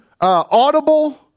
audible